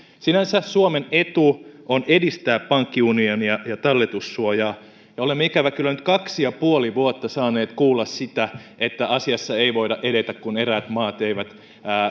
sinänsä suomen etu on edistää pankkiunionia ja talletussuojaa ja olemme ikävä kyllä nyt kaksi ja puoli vuotta saaneet kuulla sitä että asiassa ei voida edetä kun eräät maat eivät